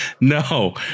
No